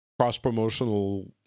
cross-promotional